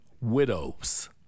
Widows